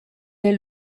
est